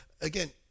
again